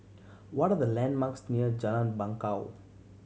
what are the landmarks near Jalan Bangau